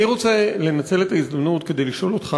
אני רוצה לנצל את ההזדמנות כדי לשאול אותך,